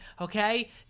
Okay